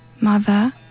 mother